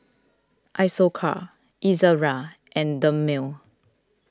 Isocal Ezerra and Dermale